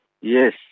Yes